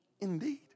indeed